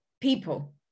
people